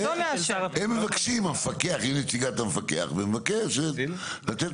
הם מבקשים היא נציגת המפקח והיא מבקשת לתת